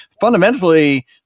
fundamentally